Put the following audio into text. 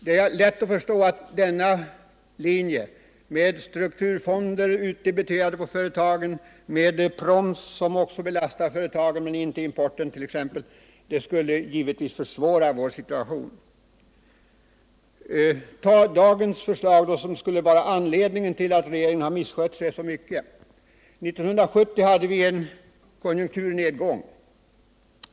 Det är lätt att förstå att denna linje — med strukturfonder utdebiterade på företagen, med proms som också belastar företagen men inte importen osv. — skulle försvåra vår situation ordentligt. Dagens regeringsförslag skulle vara grunden för påståendena att regeringen har misskött sig så mycket. Låt oss jämföra: 1970 hade vi en konjunkturnedgång.